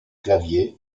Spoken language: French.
claviers